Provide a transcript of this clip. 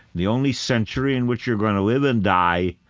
the only century in which you're going to live and die,